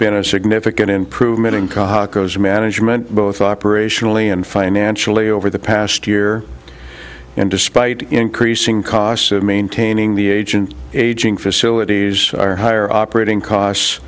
been a significant improvement in ca management both operationally and financially over the past year and despite increasing costs of maintaining the agent aging facilities are higher operating costs